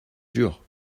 jure